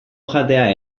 jatea